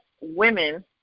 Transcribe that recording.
women